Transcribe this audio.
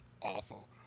awful